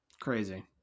crazy